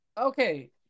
Okay